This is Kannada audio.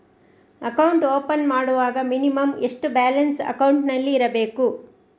ಅಕೌಂಟ್ ಓಪನ್ ಮಾಡುವಾಗ ಮಿನಿಮಂ ಎಷ್ಟು ಬ್ಯಾಲೆನ್ಸ್ ಅಕೌಂಟಿನಲ್ಲಿ ಇರಬೇಕು?